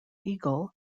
eagle